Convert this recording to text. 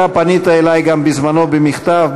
אתה פנית אלי גם בזמנו במכתב,